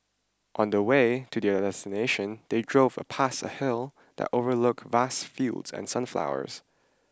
on the way to their destination they drove past a hill that overlook vast fields and sunflowers